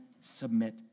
submit